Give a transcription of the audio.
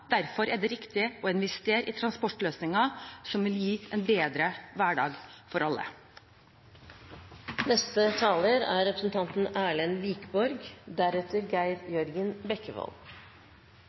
derfor er det viktig å investere i transportløsninger som vil gi en bedre hverdag for